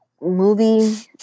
movie